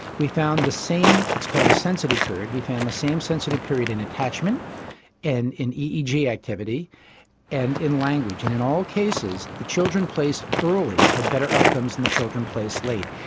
we found the same, it's called a sensitive period, we found the same sensitive period in attachment and in eeg activity and in language. and in all cases, the children placed early had better outcomes than the children placed late.